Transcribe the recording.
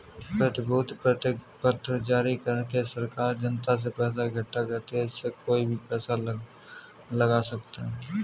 प्रतिभूति प्रतिज्ञापत्र जारी करके सरकार जनता से पैसा इकठ्ठा करती है, इसमें कोई भी पैसा लगा सकता है